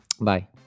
Bye